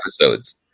episodes